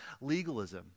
legalism